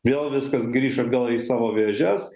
vėl viskas grįš atgal į savo vėžes